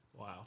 Wow